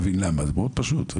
זה מאוד פשוט.